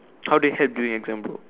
how they help during exam bro